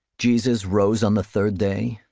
jesus rose on the third day,